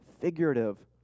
figurative